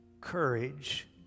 courage